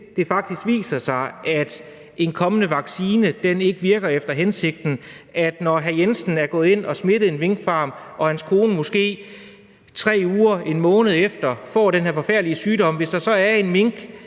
hvis det faktisk viser sig, at en kommende vaccine ikke virker efter hensigten, sådan at når hr. Jensen er blevet smittet på en minkfarm og hans kone måske 3 uger eller 1 måned efter får den her forfærdelige sygdom, jamen så kan en